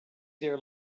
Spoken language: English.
their